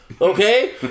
Okay